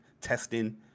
testing